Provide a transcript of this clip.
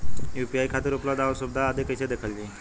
UPI खातिर उपलब्ध आउर सुविधा आदि कइसे देखल जाइ?